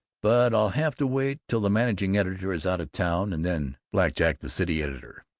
but i'll have to wait till the managing editor is out of town, and then blackjack the city editor.